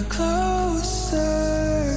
closer